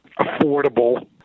affordable